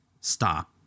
stop